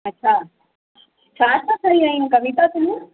अच्छा छा छा खणी आईं आहीं कविता तूं